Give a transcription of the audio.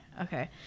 Okay